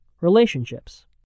relationships